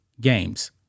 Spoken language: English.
games